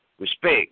respect